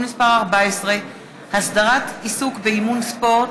מס' 14) (הסדרת עיסוק באימון ספורט),